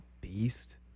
beast